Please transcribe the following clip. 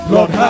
Lord